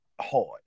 hard